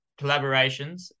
collaborations